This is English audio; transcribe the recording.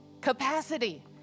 capacity